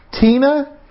Tina